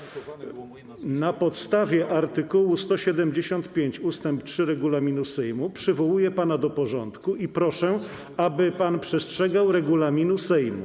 na podstawie art. 175 ust. 3 regulaminu Sejmu przywołuję pana do porządku i proszę, aby pan przestrzegał regulaminu Sejmu.